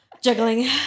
Juggling